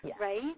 right